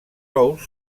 ous